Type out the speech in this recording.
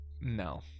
No